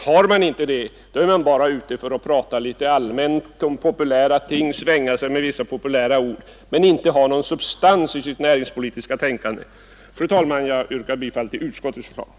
Har man inte det, är man bara ute för att prata litet allmänt om populära ting och svänga sig med vissa populära ord utan att ha någon substans i sitt näringspolitiska tänkande. Fru talman! Jag yrkar bifall till utskottets förslag.